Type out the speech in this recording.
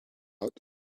out